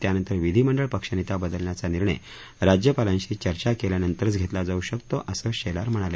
त्यानंतर विधीमंडळ पक्षनेता बदलण्याचा निर्णय राज्यपालांशी चर्चा केल्यानंतरच घेतला जाऊ शकतो असं शेलार म्हणाले